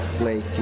lake